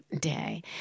Day